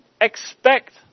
expect